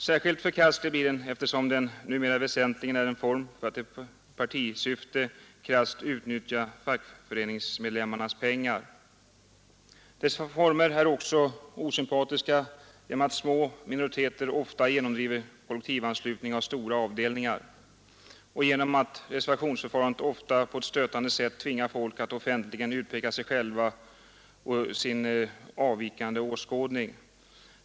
Särskilt förkastlig blir den eftersom den numera väsentligen är en form för att i partisyfte krasst utnyttja fackföreningsmedlemmarnas pengar. Dessa former är också osympatiska genom att små minoriteter ofta genomdriver kollektivanslutning av stora avdelningar, och genom att reservationsförfarandet ofta på ett stötande sätt tvingar folk att offentligen utpeka sig själva och sin avvikande åskådning.